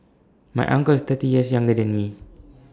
my uncle is thirty years younger than me